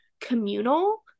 communal